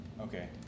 Okay